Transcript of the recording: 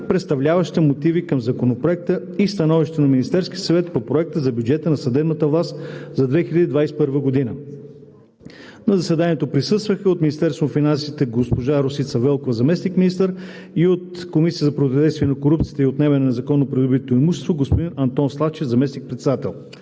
представляваща мотиви към Законопроекта, и Становището на Министерския съвет по Проекта на бюджет на съдебната власт за 2021 г. На заседанието присъстваха: от Министерството на финансите: госпожа Росица Велкова – заместник-министър, и от Комисията за противодействие на корупцията и за отнемане на незаконно придобитото имущество: господин Антон Славчев – заместник-председател.